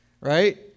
right